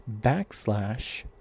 backslash